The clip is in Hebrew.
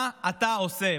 מה אתה עושה?